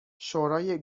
شورای